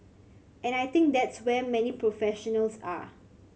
and I think that's where many professionals are